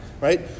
right